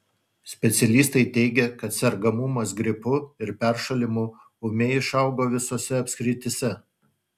specialistai teigia kad sergamumas gripu ir peršalimu ūmiai išaugo visose apskrityse